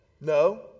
No